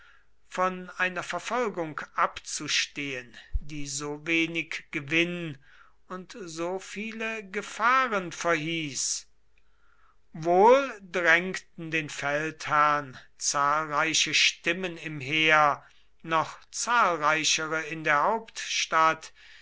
von einer verfolgung abzustehen die so wenig gewinn und so viele gefahren verhieß wohl drängten den feldherrn zahlreiche stimmen im heer noch zahlreichere in der hauptstadt